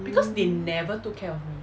mm